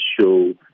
show